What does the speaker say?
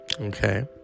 Okay